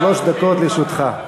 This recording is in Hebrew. שלוש דקות לרשותך.